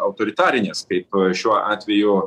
autoritarinės kaip šiuo atveju